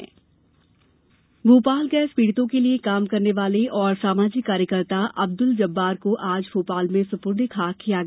जब्बार निधन भोपाल गैस पीड़ितों के लिए काम करने वाले और सामाजिक कार्यकर्ता अब्दुल जब्बार को आज भोपाल में सुपूर्दे ए खाक किया गया